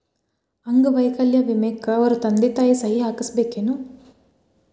ಅಂಗ ವೈಕಲ್ಯ ವಿಮೆಕ್ಕ ಅವರ ತಂದಿ ತಾಯಿ ಸಹಿ ಹಾಕಸ್ಬೇಕೇನು?